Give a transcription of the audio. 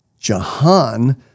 Jahan